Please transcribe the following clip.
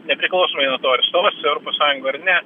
nepriklausomai nuo to ar stos į europos sąjungą ar ne